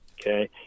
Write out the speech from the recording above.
Okay